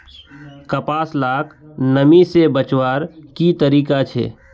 कपास लाक नमी से बचवार की तरीका छे?